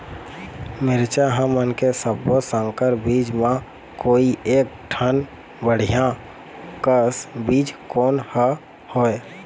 मिरचा हमन के सब्बो संकर बीज म कोई एक ठन बढ़िया कस बीज कोन हर होए?